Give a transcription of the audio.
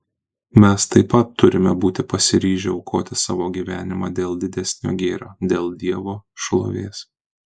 mes taip pat turime būti pasiryžę aukoti savo gyvenimą dėl didesnio gėrio dėl dievo šlovės